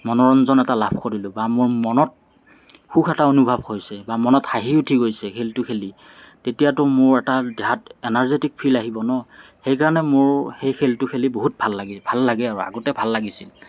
মনোৰঞ্জন এটা লাভ কৰিলোঁ বা মোৰ মনত সুখ এটা অনুভৱ হৈছে বা মনত হাঁহি উঠি গৈছে খেলটো খেলি তেতিয়াটো মোৰ এটা দেহাত এনাৰ্জেটিক ফিল আহিব ন সেইকাৰণে মোৰ সেই খেলটো খেলি বহুত ভাল লাগে ভাল লাগে আৰু আগতে ভাল লাগিছিল